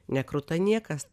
nekruta niekas